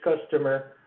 customer